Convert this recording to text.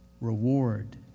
reward